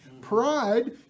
Pride